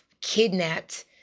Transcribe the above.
kidnapped